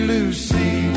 Lucy